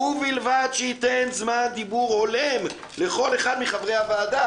ובלבד שייתן זמן דיבור הולם לכל אחד מבחרי הוועדה".